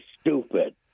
stupid